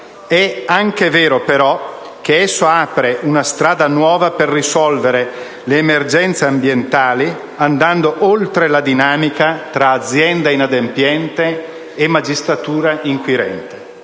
è anche vero però che esso apre una strada nuova per risolvere le emergenze ambientali andando oltre la dinamica tra azienda inadempiente e magistratura inquirente.